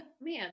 man